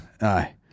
Aye